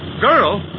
Girl